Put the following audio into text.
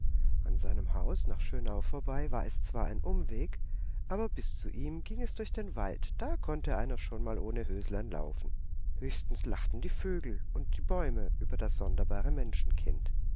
an seinem haus nach schönau vorbei war es zwar ein umweg aber bis zu ihm ging es durch den wald da konnte einer schon mal ohne höslein laufen höchstens lachten die vögel und die bäume über das sonderbare menschenkind